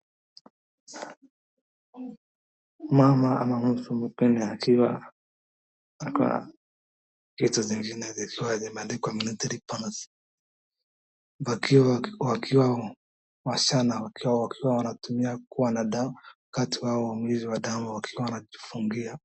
Mama ama mtu msichana akiwa ako na vitu zingine zikiwa zimeandikwa sanitary pads wakiwa, wakiwa wasichana wakiwa wanatumia wakiwa na damu wakati wao wa mwezi wa damu wakiwa wanajifungia.